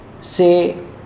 say